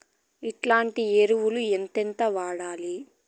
ఎట్లాంటి ఎరువులు ఎంతెంత వాడాలి?